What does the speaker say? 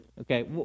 Okay